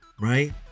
right